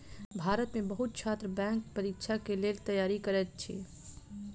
भारत में बहुत छात्र बैंक परीक्षा के लेल तैयारी करैत अछि